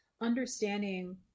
understanding